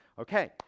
Okay